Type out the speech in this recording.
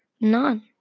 none